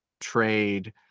trade